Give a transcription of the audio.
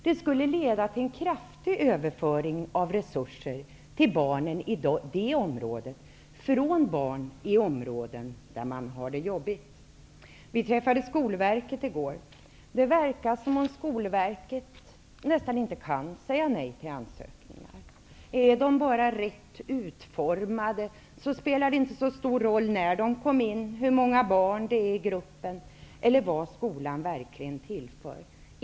Det skulle leda till en kraftig överföring av resurser till barnen i det området från barn i områden där de har det jobbigt. Vi träffade Skolverket i går. Det verkar som om Skolverket nästan inte kan säga nej till ansökningar. Om de bara är rätt utformade spelar det inte så stor roll när de kom in, hur många barn det är i gruppen eller vad skolan verkligen tillför.